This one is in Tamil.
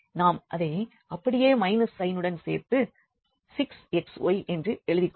நாம் இதை அப்படியே மைனஸ் சைனுடன் சேர்த்து 6xy என்று எழுதிக்கொள்ளலாம்